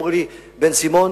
אמרו לי: בן-סימון,